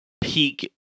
peak